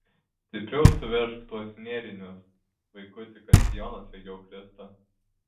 stipriau suveržk tuos nėrinius vaikuti kad sijonas lygiau kristų